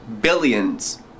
billions